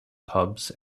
pubs